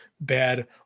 bad